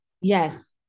Yes